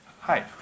hi